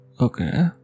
Okay